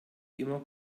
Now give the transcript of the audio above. immer